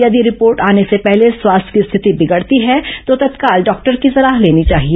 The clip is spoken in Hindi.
यदि रिपोर्ट आने से पहले स्वास्थ्य की स्थिति बिगड़ती है तो तत्काल डॉक्टर की सलाह लेनी चाहिए